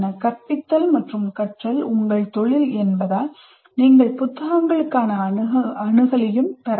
கற்பித்தல் மற்றும் கற்றல் உங்கள் தொழில் என்பதால் நீங்கள் புத்தகங்களுக்கான அணுகலையும் பெறலாம்